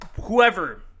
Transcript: whoever